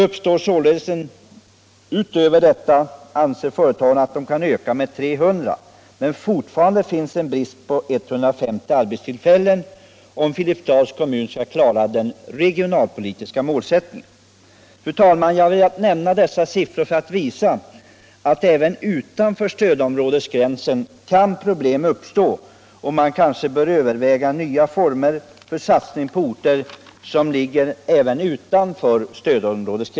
Företagen anser att de kan öka med 300, men fortfarande finns alltså en brist på 150 arbetstillfällen om Filipstads kommun skall klara den regionalpolitiska målsättningen. Fru talman! Jag har velat nämna dessa siffror för att visa att även utanför stödområdesgränsen kan problem uppstå. Man kanske bör överväga nya former för satsning på orter även utanför stödområdet.